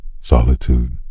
solitude